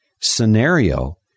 scenario